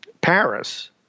Paris